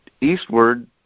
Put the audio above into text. eastward